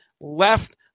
left